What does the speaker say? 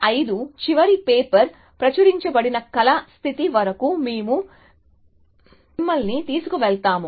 2005 చివరి పేపర్ ప్రచురించబడిన కళ స్థితి వరకు మేము మమ్మల్ని తీసుకువెళతాము